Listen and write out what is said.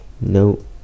no